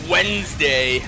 Wednesday